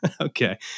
Okay